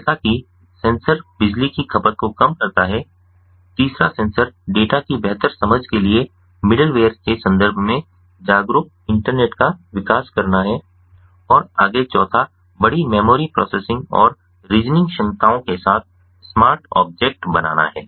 जैसा कि सेंसर बिजली की खपत को कम करता है तीसरा सेंसर डेटा की बेहतर समझ के लिए मिडिलवेयर के संदर्भ में जागरूक इंटरनेट का विकास करना है और आगे चौथा बड़ी मेमोरी प्रोसेसिंग और रीज़निंग क्षमताओं के साथ स्मार्ट ऑब्जेक्ट बनाना है